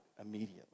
immediately